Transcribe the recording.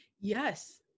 Yes